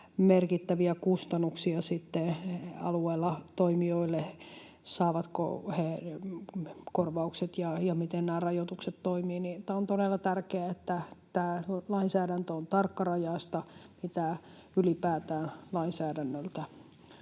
merkittäviä kustannuksia alueelle toimijoille, saavatko he korvaukset, ja miten nämä rajoitukset toimivat — niin on todella tärkeää, että tämä lainsäädäntö on tarkkarajaista, mitä ylipäätään lainsäädännöltä